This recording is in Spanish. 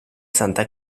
santa